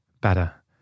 better